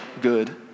good